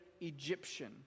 Egyptian